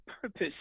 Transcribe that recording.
purpose